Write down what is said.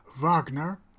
Wagner